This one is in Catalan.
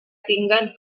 tinguen